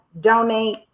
donate